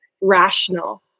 rational